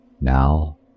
Now